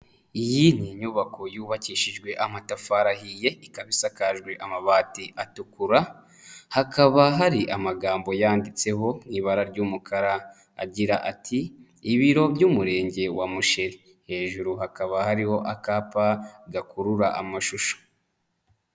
Iyi ni inyubako yubakishijwe amatafari ahiye ikaba isakajwe amabati atukura, hakaba hari amagambo yanditseho mu ibara ry'umukara agira ati " Ibiro by'Umurenge wa Musheri" hejuru hakaba hariho akapa gakurura amashusho.